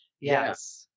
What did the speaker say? yes